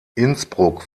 innsbruck